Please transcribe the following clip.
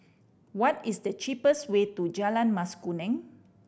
what is the cheapest way to Jalan Mas Kuning